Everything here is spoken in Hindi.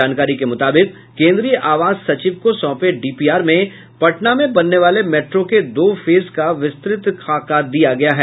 जानकारी के मुताबिक केंद्रीय आवास सचिव को सौंपे डीपीआर में पटना में बनने वाले मेट्रो के दो फेज का विस्तृत खाका दिया गया है